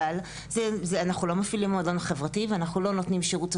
אבל אנחנו לא מפעילים מועדון חברתי ואנחנו לא נותנים שירות סוציאלי,